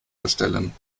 bestellen